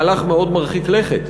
מהלך מאוד מרחיק לכת.